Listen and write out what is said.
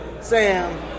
Sam